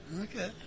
Okay